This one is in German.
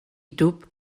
dub